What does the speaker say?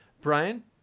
Brian